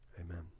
Amen